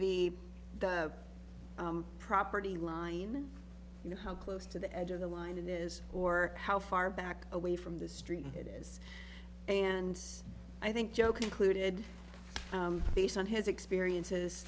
v the property line you know how close to the edge of the line it is or how far back away from the street it is and i think joe concluded based on his experiences